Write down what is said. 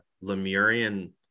lemurian